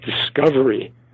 discovery